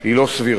היא לא סבירה